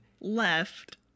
Left